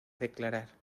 declarar